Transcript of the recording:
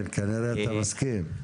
כן, כנראה אתה מסכים.